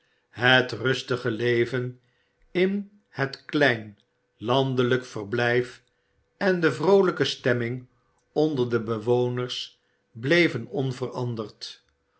het rustige leven in het klein landelijk verblijf en de vroolijke stemming onder de bewoners bleven onveranderd